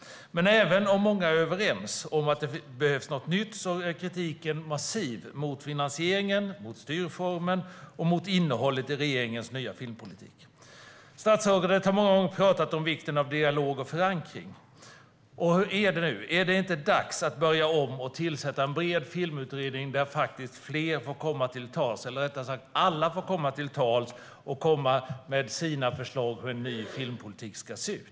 Men även om många är överens om att det behövs något nytt är kritiken massiv mot finansieringen, styrformen och innehållet i regeringens nya filmpolitik. Statsrådet har många gånger talat om vikten av dialog och förankring. Hur är det nu med det? Är det inte dags att börja om och tillsätta en bred filmutredning där alla får komma till tals och komma med sina förslag om hur den nya filmpolitiken ska se ut?